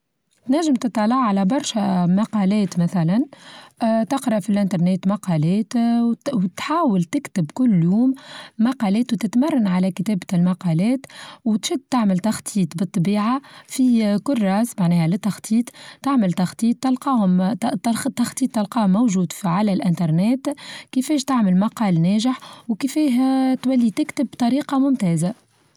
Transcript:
تنچم تتطلع على برشا مقالات مثلا تقرا في الانترنت مقالات آآ وتحاول تكتب كل يوم مقالات وتتمرن على كتابة المقالات وتشد تعمل تخطيط بالطبيعة في آآ كراس معناها للتخطيط تعمل تخطيط تلقاهم تر تخطيط تلقاه موجود ف على الانترنت كيفاش تعمل مقال ناجح وكيفاه تولي تكتب بطريقة ممتازة.